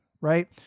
right